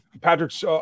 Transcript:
Patrick's